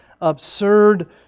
absurd